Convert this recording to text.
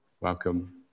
welcome